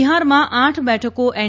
બિફારમાં આઠ બેઠકો એન